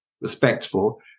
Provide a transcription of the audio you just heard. respectful